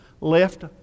left